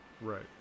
Right